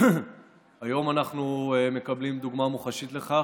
היום אנחנו מקבלים דוגמה מוחשית לכך,